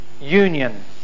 union